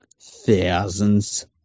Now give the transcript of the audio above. Thousands